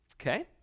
okay